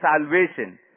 salvation